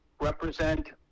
represent